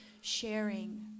sharing